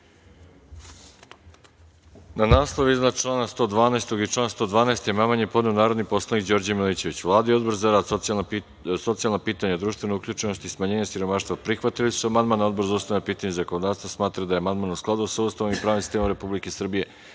Na naslov iznad člana 112. i član 112. amandman je podneo narodni poslanik Đorđe Milićević. Vlada i Odbor za rad, socijalna pitanja, društvenu uključenost i smanjenje siromaštva prihvatili su amandman, a Odbor za ustavna pitanja i zakonodavstvo smatra da je amandman u skladu sa Ustavom i pravnim sistemom Republike